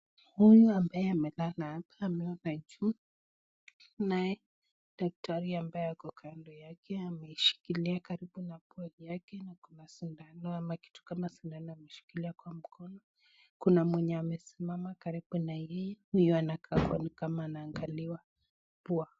Huyu ambaye amelala hapa ameona juu, naye daktari ambaye ako kando yake ameshikilia karibu na pua yake na kuna sindano ama kitu kama sindano ameshikilia kwa mkono, kuna mwenye amesimama karibu na yeye, huyo anakaa kuwa ni kama anaangaliwa pua.